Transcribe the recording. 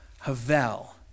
Havel